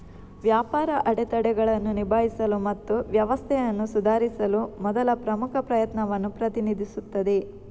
ವ್ಯಾಪಾರ ಅಡೆತಡೆಗಳನ್ನು ನಿಭಾಯಿಸಲು ಮತ್ತು ವ್ಯವಸ್ಥೆಯನ್ನು ಸುಧಾರಿಸಲು ಮೊದಲ ಪ್ರಮುಖ ಪ್ರಯತ್ನವನ್ನು ಪ್ರತಿನಿಧಿಸುತ್ತದೆ